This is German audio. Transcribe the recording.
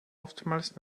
oftmals